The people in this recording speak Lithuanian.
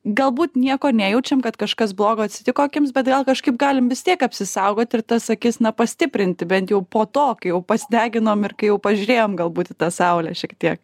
galbūt nieko nejaučiam kad kažkas blogo atsitiko akims bet gal kažkaip galim vis tiek apsisaugoti ir tas akis na pastiprinti bent jau po to kai jau pasideginom ir kai jau pažiūrėjom galbūt į tą saulę šiek tiek